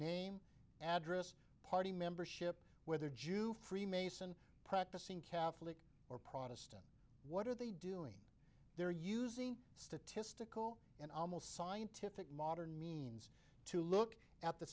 name address party membership whether jew freemason practicing catholic or protestant what are they doing there using statistical and almost scientific modern means to look at the